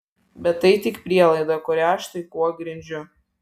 bet tai tik prielaida kurią štai kuo grindžiu